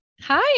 Hi